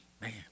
Man